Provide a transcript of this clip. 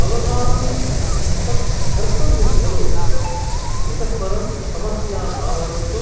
भवतां तत् कर्तव्यं खलु इतः परं समस्यां मा वदन्तु